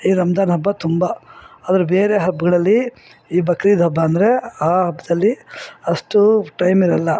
ಈ ರಂಜಾನ್ ಹಬ್ಬ ತುಂಬ ಆದರೆ ಬೇರೆ ಹಬ್ಬಗಳಲ್ಲಿ ಈ ಬಕ್ರೀದ್ ಹಬ್ಬ ಅಂದರೆ ಆ ಹಬ್ದಲ್ಲಿ ಅಷ್ಟೂ ಟೈಮ್ ಇರಲ್ಲ